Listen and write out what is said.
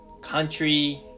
country